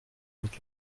avec